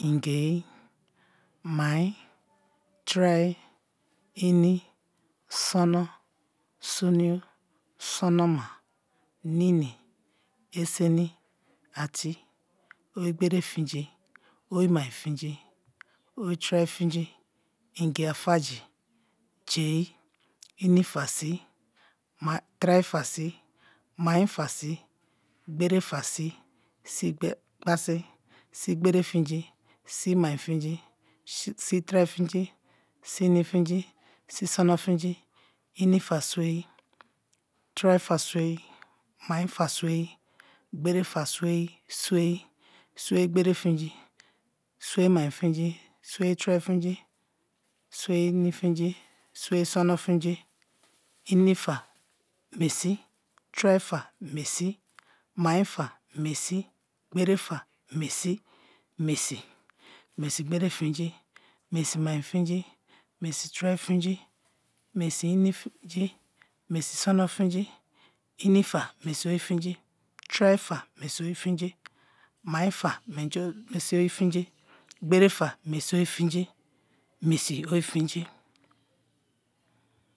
Ingei, mai, trei, ini, sono, sonio sonoma nine, eseni, ati, oyi gbere finji, oyi mai finji, oyi trei finji ingia faji, jei, ini fa si, trei fasi mai fa si, gbere fa si, sigbasi, si gbere finji, si mai finji, si trei finji, si ini finji, si sono finji, ini fa swei, trei fa swei, maifa swei gbere fa swei, swei, swei, gbere finji, swei mai finji, swei trei finji swei ini finji, swei sono finji, mi fa mesi, trei fa mesi, mai fa mesi gbere fa mesi, mesi, mesigbere finji, mesi mai finji, mesi trei finji, mesi ini finji, mesi sono finji, ini fa mesi oyi finji, trei fa mesi oyi finji, mai fa mesi oyi finji, gbere fa mesi oyi finji, mesi oyi finji.